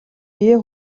биеэ